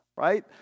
right